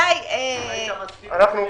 עצמם.